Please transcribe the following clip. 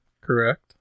Correct